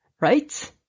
Right